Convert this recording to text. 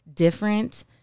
different